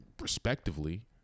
respectively